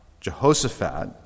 Jehoshaphat